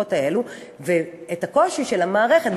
המחלקות האלה ושל המערכות,